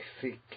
thick